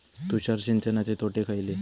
तुषार सिंचनाचे तोटे खयले?